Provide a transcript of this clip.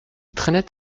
traînait